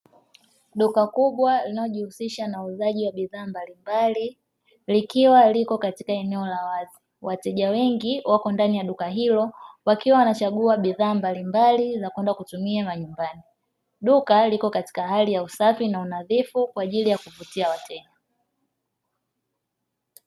Duka kubwa linalo jihusisha na uuzaji wa bidhaa mbalimbali, likiwa liko katika eneo la wazi. Wateja wengi wako ndani ya duka hilo wakiwa wanachagua bidhaa mbalimbali za kwenda kutumia manyumbani. Duka liko katika hali ya usafi na unadhifu kwa ajili ya kuvutia wateja.